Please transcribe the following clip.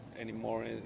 anymore